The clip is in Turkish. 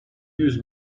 yüz